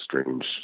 strange